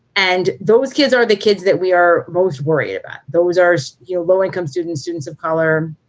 and those kids are the kids that we are most worried about. those are your low income students, students of color,